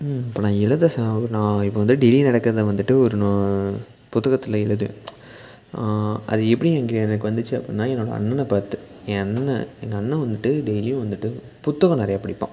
இப்போ நான் எழுத சா நான் இப்போ வந்து டெய்லி நடக்கிறத வந்துட்டு ஒரு நோ புத்தகத்தில் எழுதுவேன் அது எப்படி எங்கே எனக்கு வந்துச்சு அப்படின்னா என்னோட அண்ணனை பார்த்து என் அண்ணனை எங்கள் அண்ணன் வந்துட்டு டெய்லியும் வந்துட்டு புத்தகம் நிறையா படிப்பான்